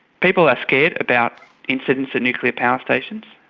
people are scared about incidents at nuclear power stations,